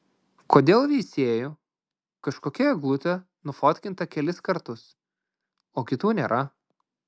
kodėl veisiejų kažkokia eglutė nufotkinta kelis kartus o kitų nėra